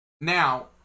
Now